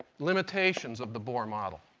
limitations of the bohr model.